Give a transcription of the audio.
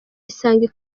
isange